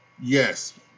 yes